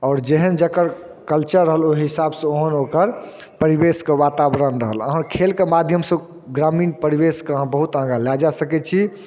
आओर जेहन जकर कल्चर रहलइ ओही हिसाबसँ ओहन ओकर परिवेशके वातावरण रहलऽ अहाँ खेलके माध्यमसँ ग्रामीण परिवेशके अहाँ बहुत आगाँ लए जा सकै छी